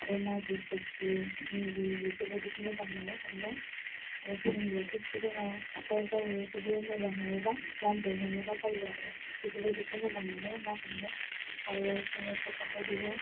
आरो मागुरफोर फिसियो सिंगि बेफोरबायदिखौ मोजां मोनो हमनो सिंगिआथ' सु दङ आखाइआव गावो थेवबो मोजां हमोबा लानजायाव हमोबा जायो आरो बेफोरबायदिखौ मोजां मोनो ना हमनो आरो जोङो सोरकारखौ बेजों